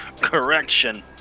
Correction